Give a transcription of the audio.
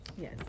yes